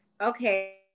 Okay